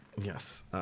Yes